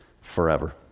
forever